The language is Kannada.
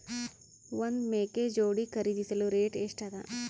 ಒಂದ್ ಮೇಕೆ ಜೋಡಿ ಖರಿದಿಸಲು ರೇಟ್ ಎಷ್ಟ ಅದ?